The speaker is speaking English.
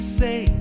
say